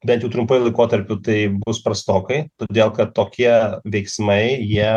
bent jau trumpuoju laikotarpiu tai bus prastokai todėl kad tokie veiksmai jie